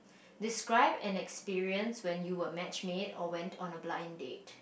describe an experience when you were match made or went on a blind date